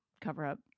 cover-up